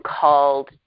called